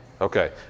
Okay